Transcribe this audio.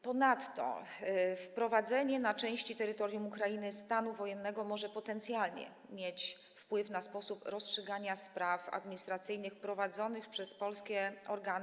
Ponadto wprowadzenie na części terytorium Ukrainy stanu wojennego może potencjalnie mieć wpływ na sposób rozstrzygania spraw administracyjnych prowadzonych przez polskie organy.